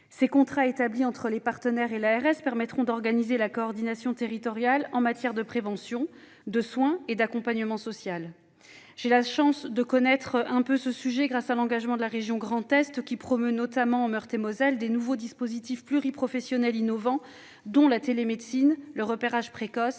Ces contrats, établis entre les partenaires et l'ARS, permettront d'organiser la coordination territoriale en matière de prévention, de soins et d'accompagnement social. J'ai la chance de connaître un peu ce sujet, grâce à l'engagement de la région Grand Est, qui promeut notamment en Meurthe-et-Moselle de nouveaux dispositifs pluriprofessionnels innovants, dont la télémédecine, le repérage précoce